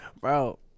Bro